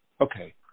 okay